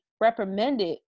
reprimanded